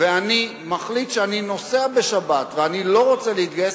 ואני מחליט שאני נוסע בשבת ואני לא רוצה להתגייס,